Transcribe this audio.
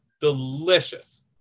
Delicious